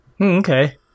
okay